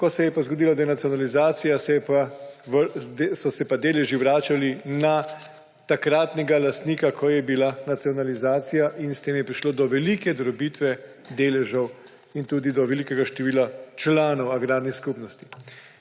Ko pa se je zgodila denacionalizacija, so se deleži vračali na lastnika, ki je bil v času nacionalizacije. S tem pa je prišlo do velike drobitve deležev in tudi do velikega števila članov agrarnih skupnosti.